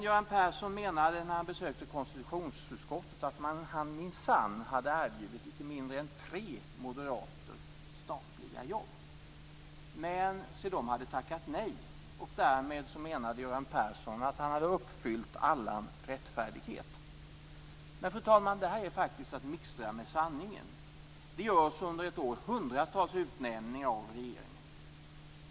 Göran Persson menade när han besökte konstitutionsutskottet att han minsann erbjudit icke mindre än tre moderater statliga jobb. De hade tackat nej, och därmed menade Göran Persson att han hade uppfyllt all rättfärdighet. Detta är att mixtra med sanningen, fru talman. Det görs under ett år hundratals utnämningar av regeringen.